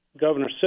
Governor